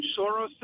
Soros